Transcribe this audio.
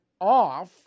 off